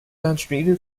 downstream